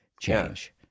change